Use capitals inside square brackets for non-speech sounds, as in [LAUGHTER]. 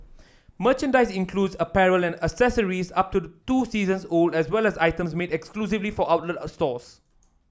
merchandise includes apparel and accessories up to [UNINTELLIGIBLE] two seasons old as well as items made exclusively for outlet stores